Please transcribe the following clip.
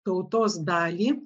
tautos dalį